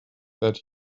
that